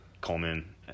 Coleman